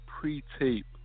pre-tape